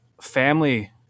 family